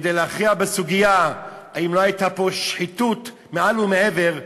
כדי להכריע בסוגיה אם לא הייתה פה שחיתות מעל ומעבר,